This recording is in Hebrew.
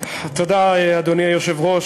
אדוני היושב-ראש,